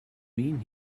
mean